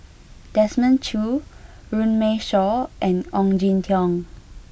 Desmond Choo Runme Shaw and Ong Jin Teong